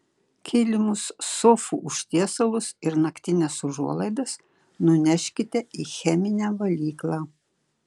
kilimus sofų užtiesalus ir naktines užuolaidas nuneškite į cheminę valyklą